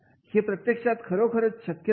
हे प्रत्यक्षात खरोखरीच शक्य नाही